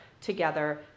together